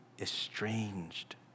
estranged